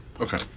okay